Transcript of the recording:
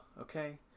okay